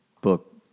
book